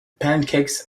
pancakes